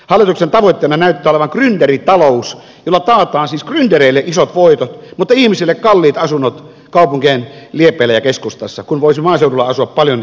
hallituksen tavoitteena näyttää olevan grynderitalous jolla taataan siis gryndereille isot voitot mutta ihmisille kalliit asunnot kaupunkien liepeillä ja keskustassa kun voisi maaseudulla asua paljon edullisemmin